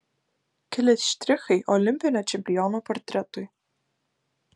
keli štrichai olimpinio čempiono portretui